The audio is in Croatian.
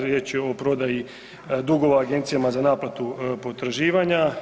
Riječ je o prodaji dugova Agencijama za naplatu potraživanja.